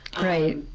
Right